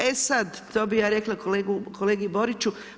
E sad, to bih ja rekla kolegi Boriću.